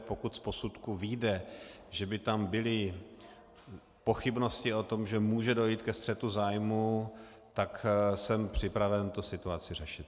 Pokud z posudku vyjde, že by tam byly pochybnosti o tom, že může dojít ke střetu zájmů, tak jsem připraven tu situaci řešit.